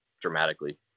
dramatically